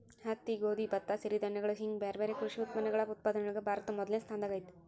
ಹತ್ತಿ, ಗೋಧಿ, ಭತ್ತ, ಸಿರಿಧಾನ್ಯಗಳು ಹಿಂಗ್ ಬ್ಯಾರ್ಬ್ಯಾರೇ ಕೃಷಿ ಉತ್ಪನ್ನಗಳ ಉತ್ಪಾದನೆಯೊಳಗ ಭಾರತ ಮೊದಲ್ನೇ ಸ್ಥಾನದಾಗ ಐತಿ